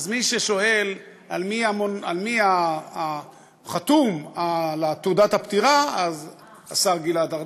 מי ששואל מי החתום על תעודת הפטירה,